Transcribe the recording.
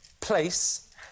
place